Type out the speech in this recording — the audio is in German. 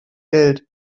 geld